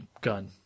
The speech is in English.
gun